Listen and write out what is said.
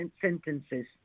sentences